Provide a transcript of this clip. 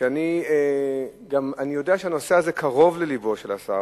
כשאני יודע שהנושא הזה קרוב ללבו של השר.